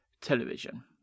television